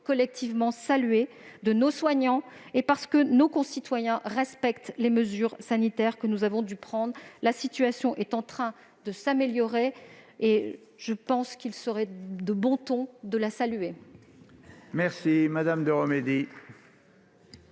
collectivement saluer, de nos soignants, et parce que nos concitoyens respectent les mesures sanitaires que nous avons dû prendre. La situation est en train de s'améliorer, et je pense qu'il serait de bon ton de le saluer. La parole est à Mme